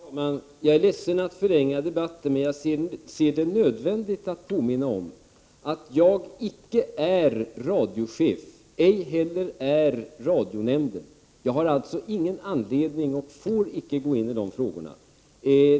Fru talman! Jag är ledsen att förlänga debatten, men jag ser det som nödvändigt att påminna om att jag icke är radiochef, ej heller radionämnd. Jag har alltså ingen anledning att och får icke gå in i de frågorna.